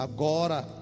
Agora